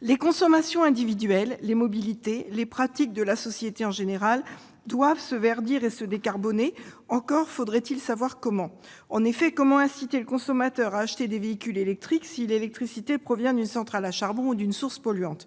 Les consommations individuelles, les mobilités, les pratiques de la société en général doivent se verdir et se décarboner, mais encore faudrait-il savoir comment. En effet, comment inciter le consommateur à acheter des véhicules électriques si l'électricité provient d'une centrale à charbon ou d'une source polluante ?